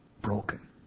broken